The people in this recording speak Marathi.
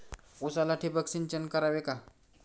उसाला ठिबक सिंचन करावे का?